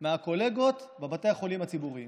מהקולגות בבתי החולים הציבוריים,